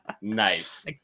Nice